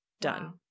done